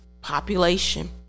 population